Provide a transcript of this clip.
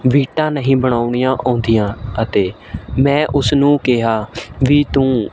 ਬੀਟਾਂ ਨਹੀਂ ਬਣਾਉਣੀਆਂ ਆਉਂਦੀਆਂ ਅਤੇ ਮੈਂ ਉਸਨੂੰ ਕਿਹਾ ਵੀ ਤੂੰ